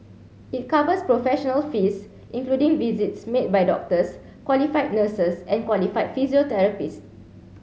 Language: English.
it covers professional fees including visits made by doctors qualified nurses and qualified physiotherapists